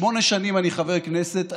שמונה שנים אני חבר כנסת.